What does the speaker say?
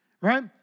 right